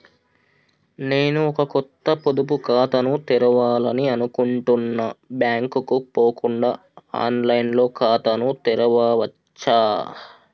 నేను ఒక కొత్త పొదుపు ఖాతాను తెరవాలని అనుకుంటున్నా బ్యాంక్ కు పోకుండా ఆన్ లైన్ లో ఖాతాను తెరవవచ్చా?